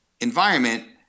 environment